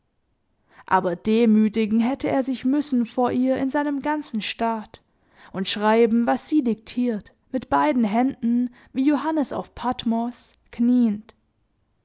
aber demütigen hätte er sich müssen vor ihr in seinem ganzen staat und schreiben was sie diktiert mit beiden händen wie johannes auf patmos knieend